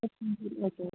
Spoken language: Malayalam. പ്രശ്നം ശരിയാട്ടേ